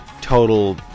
total